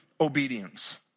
obedience